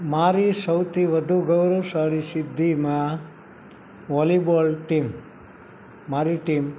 મારી સૌથી વધુ ગૌરવશાળી સિદ્ધિમાં વોલિબોલ ટીમ મારી ટીમ